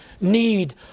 need